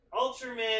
ultraman